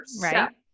Right